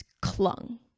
clung